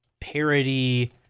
Parody